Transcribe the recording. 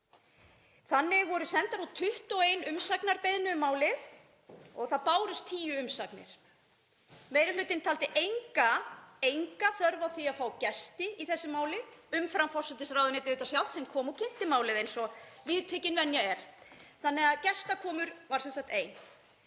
Þannig var send út 21 umsagnarbeiðni um málið og það bárust tíu umsagnir. Meiri hlutinn taldi enga þörf á því að fá gesti í þessu máli umfram forsætisráðuneytið sjálft sem kom og kynnti málið eins og viðtekin venja er þannig að gestakoma var sem sagt ein.